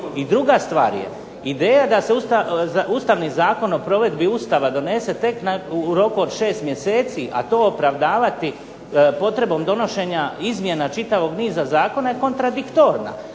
I druga stvar je, ideja da se ustavni Zakon o provedbi Ustava donese tek u roku od 6 mjeseci, a to opravdavati potrebom donošenja izmjena čitavog niza zakona je kontradiktorna.